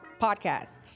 Podcast